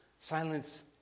Silence